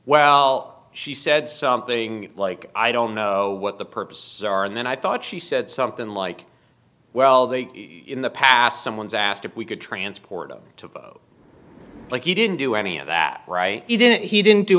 well she said something like i don't know what the perps are and then i thought she said something like well they in the past someone's asked if we could transport them to like he didn't do any of that he didn't he didn't do